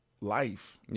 life